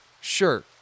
Sure